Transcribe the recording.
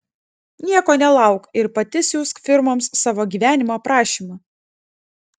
nieko nelauk ir pati siųsk firmoms savo gyvenimo aprašymą